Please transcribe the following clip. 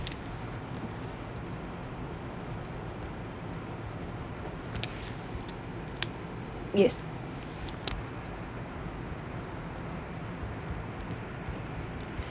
yes